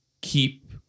keep